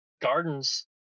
gardens